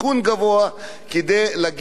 להגיע לבדיקה הזאת.